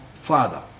Father